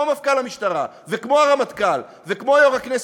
כמו מפכ"ל המשטרה וכמו הרמטכ"ל וכמו יו"ר הכנסת,